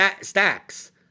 stacks